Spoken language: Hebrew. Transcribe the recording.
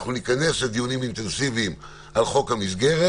אנחנו ניכנס לדיונים אינטנסיביים על חוק המסגרת,